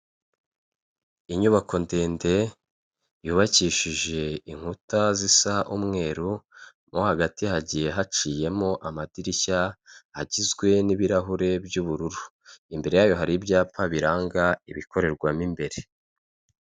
Inyubako ndende yubakishije inkuta zisa umweru, mo hagati hagiye haciyemo amadirishya, agizwe n'ibirahure by'ubururu. Imbere yayo hari ibyapa biranga ibikorerwamo imbere.